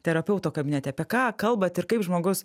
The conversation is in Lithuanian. terapeuto kabinete apie ką kalbat ir kaip žmogus